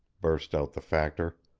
burst out the factor.